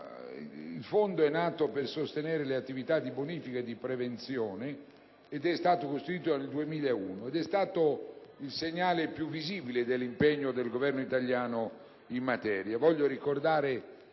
Il Fondo è nato per sostenere le attività di bonifica e di prevenzione ed è stato costituito nel 2001; è stato il segnale più visibile dell'impegno del Governo italiano in materia.